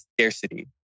scarcity